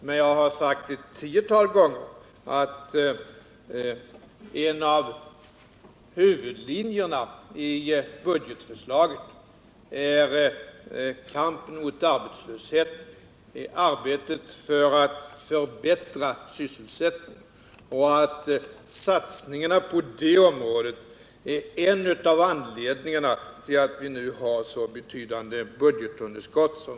Men jag har också sagt ett tiotal gånger att en av huvudlinjerna i budgetförslaget är kampen mot arbetslösheten, arbetet för att förbättra sysselsättningen, och att satsningarna på det området är en av anledningarna till att vi nu har ett betydande budgetunderskott.